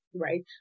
right